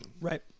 Right